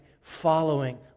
following